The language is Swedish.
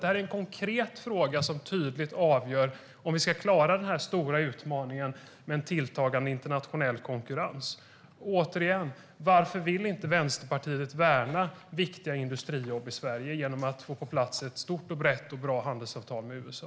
Det här är en konkret fråga som tydligt avgör om vi ska klara den stora utmaningen med en tilltagande internationell konkurrens. Jag frågar återigen: Varför vill inte Vänsterpartiet värna viktiga industrijobb i Sverige genom att få på plats ett stort, brett och bra handelsavtal med USA?